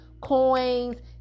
coins